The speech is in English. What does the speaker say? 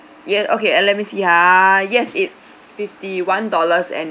yes okay uh let me see ah yes it's fifty one dollars and